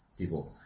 people